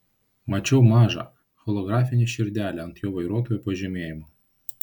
mačiau mažą holografinę širdelę ant jo vairuotojo pažymėjimo